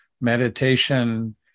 Meditation